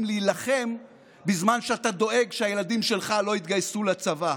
להילחם בזמן שאתה דואג שהילדים שלך לא יתגייסו לצבא.